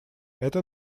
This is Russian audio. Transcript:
это